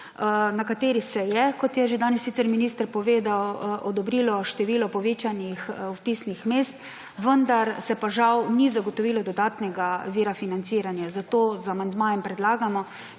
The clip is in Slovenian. na kateri se je, kot je že danes sicer minister povedal, odobrilo število povečanih vpisnih mest, vendar se pa žal ni zagotovilo dodatnega vira financiranja. Zato z amandmajem predlagamo,